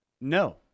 No